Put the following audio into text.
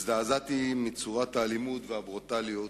הזדעזעתי מצורת האלימות והברוטליות.